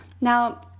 Now